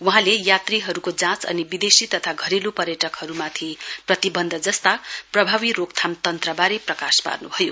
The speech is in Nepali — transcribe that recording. वहाँले यात्रीहरूको जाँच अनि विदेशी तथा घरेलू पर्यटकहरूमाथि प्रतिबन्ध जस्ता प्रभावी रोकथाम तन्त्रबारे प्रकाश पार्नुभयो